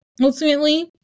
ultimately